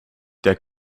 der